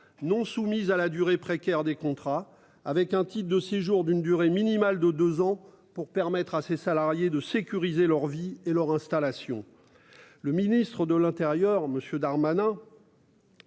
non soumises à la durée précaires, des contrats avec un titre de séjour d'une durée minimale de 2 ans pour permettre à ces salariés de sécuriser leur vie et leur installation. Le ministre de l'Intérieur monsieur